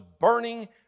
burning